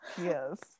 yes